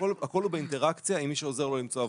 הכול הוא באינטראקציה עם מי שעוזר לו למצוא עבודה.